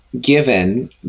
given